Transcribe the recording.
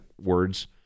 words